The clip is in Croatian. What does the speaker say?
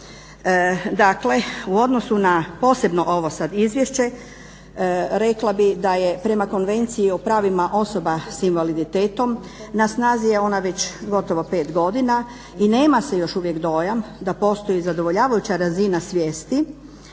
Dakle, u odnosu na posebno ovo sad izvješće rekla bih da je prema Konvenciji o pravima osoba sa invaliditetom, na snazi je ona već gotovo 5 godina i nema se još uvijek dojam da postoji zadovoljavajuća razina svijesti